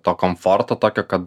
to komforto tokio kad